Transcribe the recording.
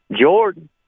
Jordan